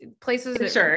places